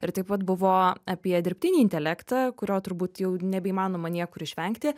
ir taip pat buvo apie dirbtinį intelektą kurio turbūt jau nebeįmanoma niekur išvengti